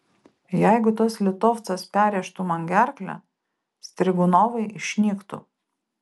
jeigu tas litovcas perrėžtų man gerklę strigunovai išnyktų